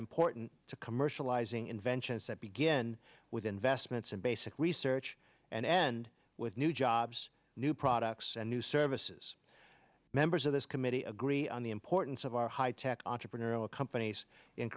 important to commercializing inventions that begin with investments in basic research and end with new jobs new products and new services members of this committee agree on the importance of our high tech entrepreneurial companies in